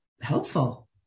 helpful